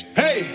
hey